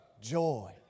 joy